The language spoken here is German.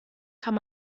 kann